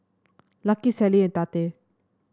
Lucky Sallie and Tate